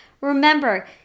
Remember